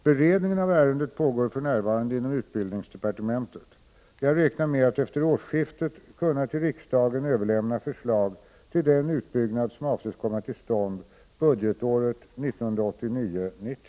Beredningen av ärendet pågår för närvarande inom utbildningsdepartementet. Jag räknar med att efter årsskiftet kunna till riksdagen överlämna förslag till den utbyggnad som avses komma till stånd budgetåret 1989/90.